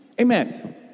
Amen